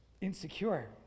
insecure